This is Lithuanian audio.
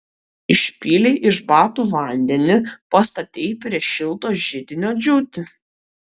išpylei iš batų vandenį pastatei prie šilto židinio džiūti